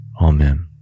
Amen